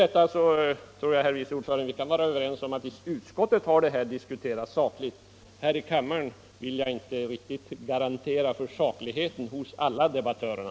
Jag tror att vi kan vara överens om att detta ärende har diskuterats sakligt i utskottet. Här i kammaren vill jag inte riktigt garantera sakligheten hos alla debattörerna.